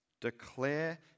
declare